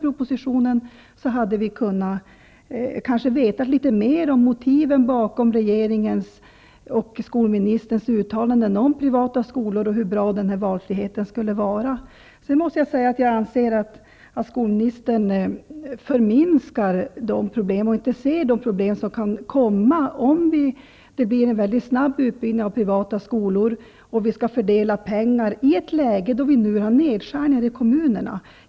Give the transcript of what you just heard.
Hade vi fått propositionen, hade vi kanske vetat litet mera om motiven bakom regeringens och skolministerns uttalanden om privata skolor och hur bra valfriheten skall vara. Sedan måste jag säga att jag anser att skolministern förminskar eller inte ser de problem som kan uppstå om det blir en väldigt snabb utbyggnad av privata skolor och vi skall fördela pengarna i ett läge då vi måste skära ned i kommunerna.